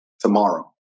tomorrow